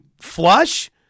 flush